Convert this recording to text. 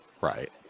Right